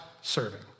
serving